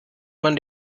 man